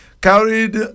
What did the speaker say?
carried